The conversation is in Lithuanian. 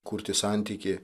kurti santykį